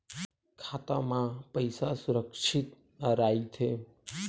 खाता मा पईसा सुरक्षित राइथे?